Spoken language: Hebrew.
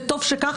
וטוב שכך,